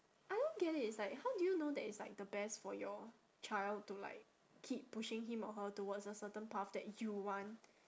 I don't get it it's like how do you know that it's like the best for your child to like keep pushing him or her towards a certain path that you want